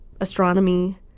astronomy